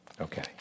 Okay